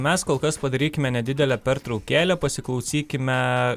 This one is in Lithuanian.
mes kol kas padarykime nedidelę pertraukėlę pasiklausykime